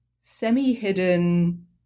semi-hidden